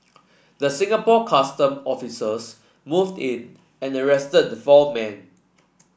the Singapore Custom officers moved in and arrested the four men